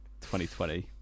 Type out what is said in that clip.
2020